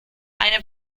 eine